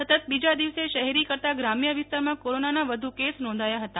સતત બીજા દિવસે શહેરી કરતા ગ્રામ્ય વિસ્તારમાં કોરોનાના વધુ કેસ નોંધાયા હતા